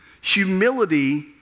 Humility